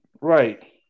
Right